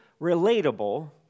relatable